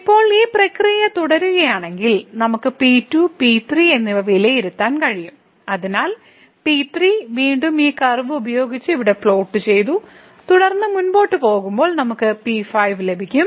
ഇപ്പോൾ ഈ പ്രക്രിയ തുടരുകയാണെങ്കിൽ നമുക്ക് P2 P3 എന്നിവ വിലയിരുത്താൻ കഴിയും അതിനാൽ P3 വീണ്ടും ഈ കർവ് ഉപയോഗിച്ച് ഇവിടെ പ്ലോട്ട് ചെയ്തു തുടർന്ന് മുന്നോട്ട് പോകുമ്പോൾ നമുക്ക് P5 ലഭിക്കും